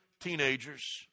teenagers